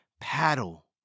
paddle